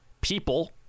people